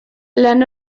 lan